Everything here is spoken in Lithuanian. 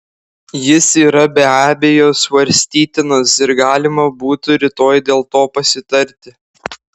jis yra be abejo svarstytinas ir galima būtų rytoj dėl to pasitarti